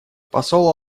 посол